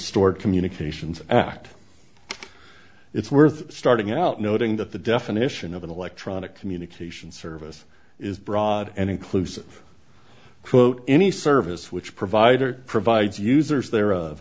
stored communications act it's worth starting out noting that the definition of an electronic communication service is broad and inclusive quote any service which provider provides users the